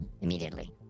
immediately